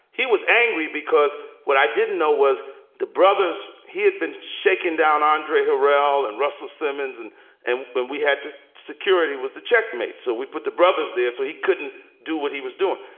he was angry because what i didn't know was the brothers, he had been shaking down, andre harrell and russell simmons. and and then we had to. security was the checkmate. so we put the brothers there so he couldn't do what he was doing.